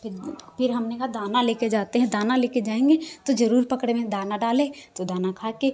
फिर फिर फिर हमने कहाँ दाना लेके जाते हैं दाना लेके जाएंगे तो ज़रूर पकड़ में तो दाना डाले तो दाना ख़ा के